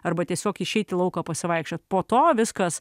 arba tiesiog išeit į lauką pasivaikščiot po to viskas